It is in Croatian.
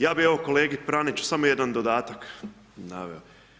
Ja bi evo kolegi Praniću samo jedan dodatak naveo.